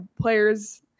players